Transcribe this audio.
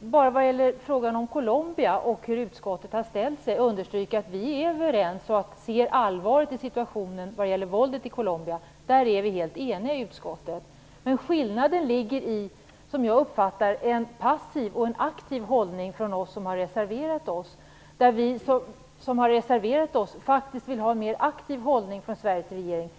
Vad gäller frågan om Colombia och hur utskottet har ställt sig vill jag understryka att vi är överens i fråga om att se allvaret i situationen vad gäller våldet i Colombia. På den punkten är vi helt eniga i utskottet. Skillnaden ligger som jag uppfattar det i att utskottet intar en passiv hållning medan vi som har reserverat oss faktiskt vill ha en mer aktiv hållning från Sveriges regering.